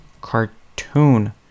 Cartoon